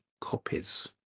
copies